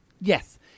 Yes